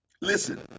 listen